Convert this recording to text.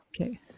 Okay